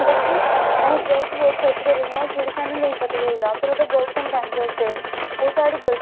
थोह्ड़ा नेहा अपनां इक केफटैंट लाना चेही दी कि इसी गल्ले गी समझनां चाही दा अस इसी समझी सकैं